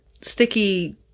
sticky